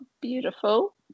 Beautiful